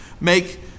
make